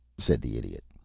said the idiot,